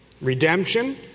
Redemption